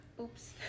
Oops